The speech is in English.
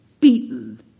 beaten